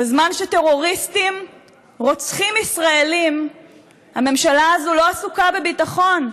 בזמן שטרוריסטים רוצחים ישראלים הממשלה הזו לא עסוקה בביטחון,